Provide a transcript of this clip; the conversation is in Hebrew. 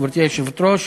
גברתי היושבת-ראש,